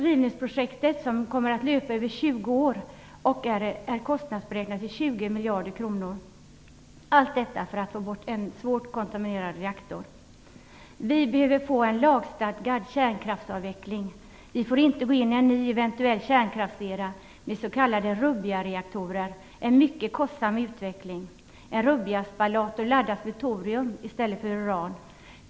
Rivningsprojektet löper över 20 år och är kostnadsberäknat till 20 miljarder kronor. Allt detta för att få bort en svårt kontaminerad reaktor! Vi behöver få en lagstadgad kärnkraftsavveckling. Vi får inte gå in i en ny eventuell kärnkraftsera med s.k. rubbia-reaktorer, en mycket kostsam utveckling. En rubbia-spallator laddas med torium i stället för uran.